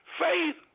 Faith